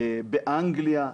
באנגליה,